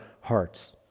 hearts